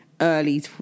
early